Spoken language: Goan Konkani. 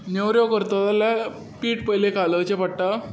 नेवऱ्यो करता जाल्यार पीठ पयलें कालोवचें पडटा